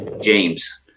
james